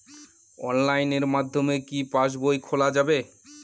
অনলাইনের মাধ্যমে কি পাসবই খোলা যাবে?